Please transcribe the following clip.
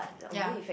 yea